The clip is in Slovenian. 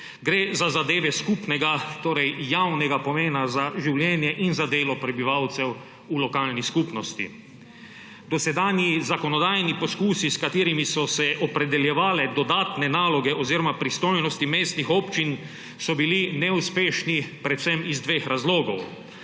gre za zadeve skupnega torej javnega pomena za življenje in za delo prebivalcev v lokalni skupnosti. Dosedanji zakonodajni poskusi, s katerimi so se opredeljevale dodatne naloge oziroma pristojnosti mestnih občin, so bili neuspešni predvsem iz dveh razlogov.